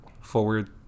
forward